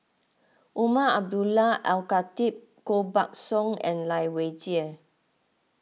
Umar Abdullah Al Khatib Koh Buck Song and Lai Weijie